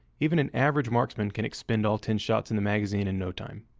even an average marksman can expend all ten shots in the magazine in no time.